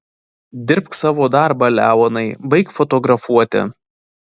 dirbk savo darbą leonai baik fotografuoti